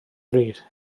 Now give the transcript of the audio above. bryd